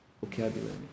vocabulary